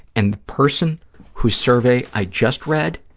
and the person whose survey i just read,